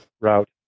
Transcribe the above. route